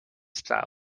style